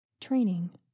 Training